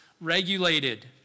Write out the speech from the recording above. regulated